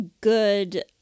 good